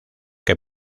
que